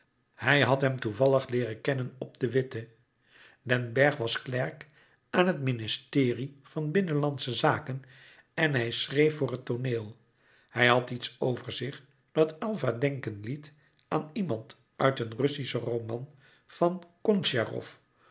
hij had hem toevallig leeren kennen op de witte den bergh was klerk aan het ministerie van binnenlandsche zaken en hij schreef voor het tooneel hij had iets over zich dat aylva denken liet aan iemand uit een russischen roman van gontscharow